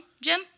Jim